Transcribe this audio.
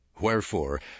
Wherefore